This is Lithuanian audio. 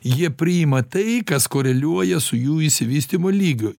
jie priima tai kas koreliuoja su jų išsivystymo lygiu